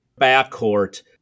backcourt